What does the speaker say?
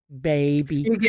baby